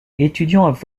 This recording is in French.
étudiant